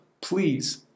please